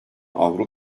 avro